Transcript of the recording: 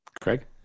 Craig